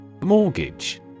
Mortgage